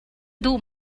duh